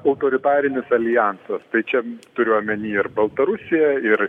autoritarinis aljansas tai čia turiu omeny ir baltarusiją ir